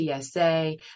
TSA